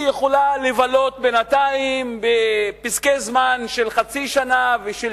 היא יכולה לבלות בינתיים בפסקי זמן של חצי שנה ושל